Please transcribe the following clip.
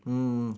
mm